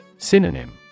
Synonym